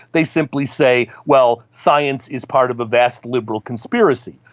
they simply say, well, science is part of a vast liberal conspiracy.